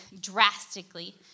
drastically